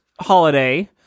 holiday